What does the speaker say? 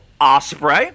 Osprey